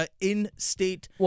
in-state